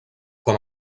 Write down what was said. com